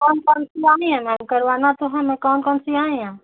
कौन कौन सी आई है मैम करवाना तो हम हैं कौन कौन सी आई हैं